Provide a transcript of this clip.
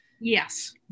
Yes